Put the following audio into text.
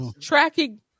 tracking